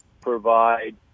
provide